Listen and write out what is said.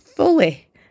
Fully